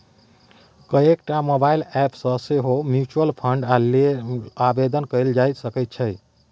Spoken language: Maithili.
कएकटा मोबाइल एप सँ सेहो म्यूचुअल फंड लेल आवेदन कएल जा सकैत छै